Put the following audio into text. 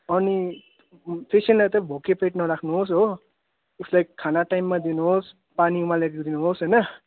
अनि पेसेन्टलाई चाहिँ भोकै पेट नराख्नुहोस् हो उसलाई खाना टाइममा दिनुहोस् पानी उमालेर दिनुहोस् होइन